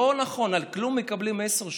לא נכון, על כלום מקבלים עשר שנים.